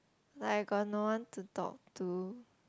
like I got no one to talk to